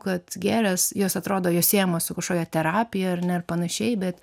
kad gėlės jos atrodo jos siejamos su kažkokia terapija ar ne ir panašiai bet